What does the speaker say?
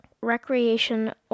recreation